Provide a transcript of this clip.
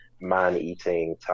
man-eating